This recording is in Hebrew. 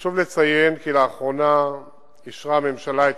חשוב לציין כי לאחרונה אישרה הממשלה את